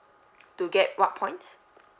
to get what points